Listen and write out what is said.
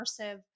immersive